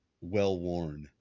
well-worn